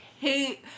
hate